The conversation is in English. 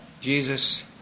Jesus